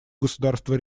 государства